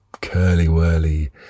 curly-whirly